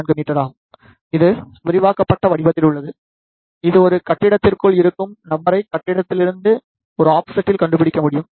4 metre ஆகும் இது விரிவாக்கப்பட்ட வடிவத்தில் உள்ளது இது ஒரு கட்டிடத்திற்குள் இருக்கும் நபரை கட்டிடத்திலிருந்து ஒரு ஆஃப்செட்டில் கண்டுபிடிக்க முடியும்